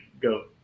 go